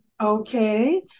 Okay